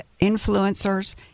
influencers